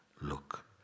look